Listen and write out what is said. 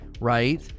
right